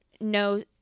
no